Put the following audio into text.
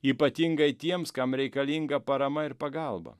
ypatingai tiems kam reikalinga parama ir pagalba